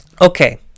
Okay